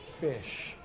fish